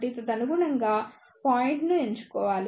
కాబట్టి తదనుగుణం గా పాయింట్ ని ఎంచుకోవాలి